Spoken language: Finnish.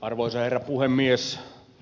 arvoisa herra puhemies